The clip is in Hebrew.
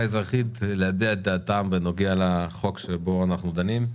האזרחית להביע את דעתם בנוגע לחוק בו אנחנו דנים.